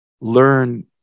learn